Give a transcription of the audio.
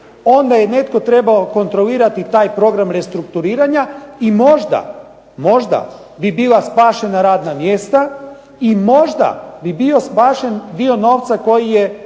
onda je netko trebao kontrolirati taj program restrukturiranja i možda, možda bi bila spašena radna mjesta, i možda bi bio spašen dio novca koji je